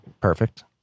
perfect